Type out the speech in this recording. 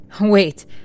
Wait